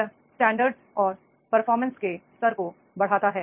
यह स्टैंडर्ड और परफॉर्मेंस के स्तर को बढ़ाता है